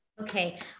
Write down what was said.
Okay